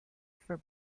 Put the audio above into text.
for